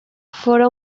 fora